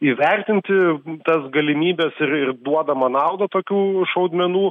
įvertinti tas galimybes ir ir duodamą naudą tokių šaudmenų